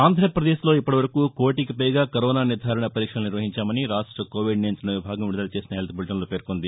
ఆంధ్రప్రదేశ్లో ఇప్పటి వరకు కోటికి పైగా కరోనా నిర్దారణ పరీక్షలు నిర్వహించామని రాష్ట కోవిడ్ నియంతణ విభాగం విడుదల చేసిన హెల్త్ బులిటెన్లో పేర్కొంది